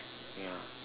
yeah